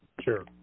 Sure